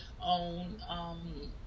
on